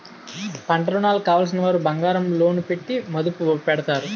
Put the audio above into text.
పంటరుణాలు కావలసినవారు బంగారం లోను పెట్టి మదుపు పెడతారు